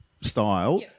style